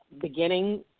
beginning